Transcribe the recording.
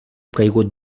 caigut